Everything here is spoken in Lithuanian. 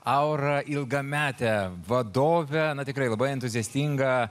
aura ilgametę vadovę na tikrai labai entuziastingą